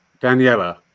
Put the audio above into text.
Daniela